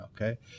okay